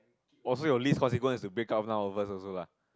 oh so you least consequence is to break up now first also lah